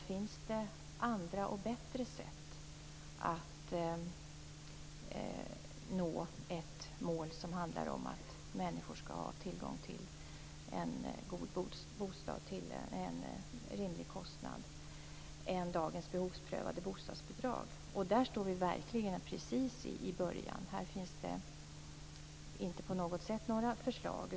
Finns det andra och bättre sätt att nå målet om att människor skall ha tillgång till en god bostad till en rimlig kostnad än dagens behovsprövade bostadsbidrag? Där står vi verkligen precis i början. Det finns inte på något sätt några förslag.